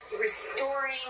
Restoring